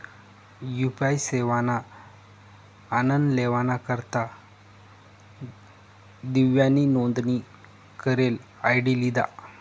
UPI सेवाना आनन लेवाना करता दिव्यानी नोंदनी करेल आय.डी लिधा